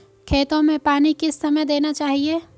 खेतों में पानी किस समय देना चाहिए?